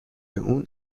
اون